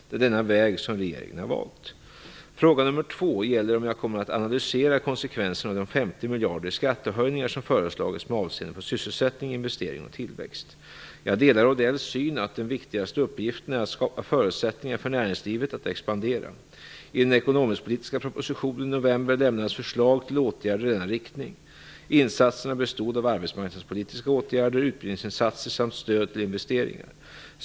Det är denna väg som regeringen har valt. Fråga nummer två gäller om jag kommer att analysera konsekvenserna av de 50 miljarder i skattehöjningar som föreslagits med avseende på sysselsättning, investering och tillväxt. Jag delar Mats Odells syn att den viktigaste uppgiften är att skapa förutsättningar för näringslivet att expandera. I den ekonomisk-politiska propositionen i november lämnades förslag till åtgärder i denna riktning. Insatserna bestod av arbetsmarknadspolitiska åtgärder, utbildningsinsatser samt stöd till investeringar.